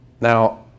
Now